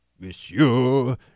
Monsieur